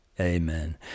Amen